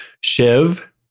Shiv